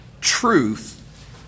truth